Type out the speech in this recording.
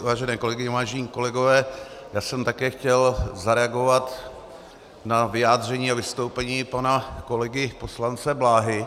Vážené kolegyně, vážení kolegové, já jsem také chtěl zareagovat na vyjádření a vystoupení pana kolegy poslance Bláhy.